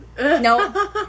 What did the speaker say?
no